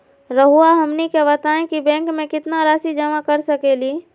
रहुआ हमनी के बताएं कि बैंक में कितना रासि जमा कर सके ली?